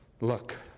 Look